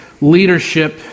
leadership